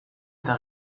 eta